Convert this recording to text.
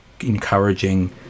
encouraging